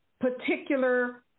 particular